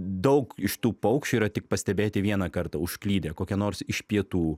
daug iš tų paukščių yra tik pastebėti vieną kartą užklydę kokie nors iš pietų